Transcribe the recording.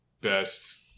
best